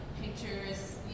pictures